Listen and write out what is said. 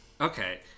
Okay